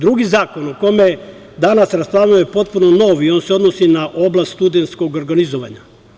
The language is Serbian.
Drugi zakon o kome danas raspravljamo je potpuno nov i on se odnosi na oblast studentskog organizovanja.